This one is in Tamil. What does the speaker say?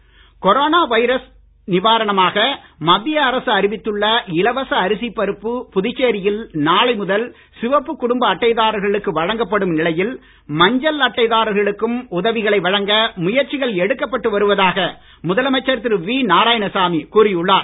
நாராயணசாமி கொரோனா வைரஸ் நிவாரணமாக மத்திய அரசு அறிவித்துள்ள இலவச அரிசி பருப்பு புதுச்சேரியில் நாளை முதல் சிவப்பு குடும்ப அட்டைதாரர்களுக்கு வழங்கப்படும் நிலையில் மஞ்சள் அட்டைதாரர்களுக்கும் உதவிகளை வழங்க முயற்சிகள் எடுக்கப்பட்டு வருவதாக முதலமைச்சர் திரு வி நாராயணசாமி கூறி உள்ளார்